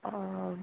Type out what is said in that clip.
অ